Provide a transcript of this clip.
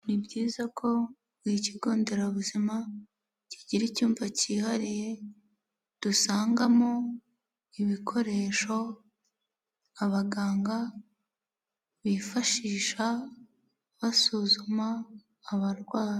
Ni byiza ko buri kigo nderabuzima, kigira icyumba cyihariye, dusangamo ibikoresho abaganga bifashisha basuzuma abarwayi.